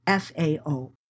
FAO